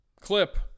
clip